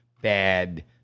bad